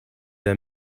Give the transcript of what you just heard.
der